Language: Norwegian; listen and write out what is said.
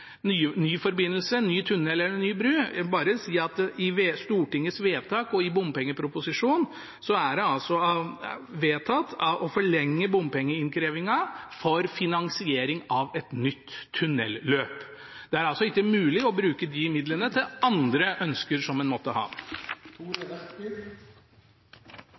ny forbindelse: ny tunnel eller ny bru. Jeg vil bare si at i Stortinget – som i proposisjonen om bompenger – er det vedtatt å forlenge bompengeinnkrevingen for finansiering av et nytt tunnelløp. Det er altså ikke mulig å bruke disse midlene til andre vegønsker en måtte ha.